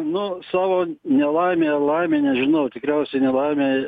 nu savo nelaimei ar laimei nežinau tikriausiai nelaimei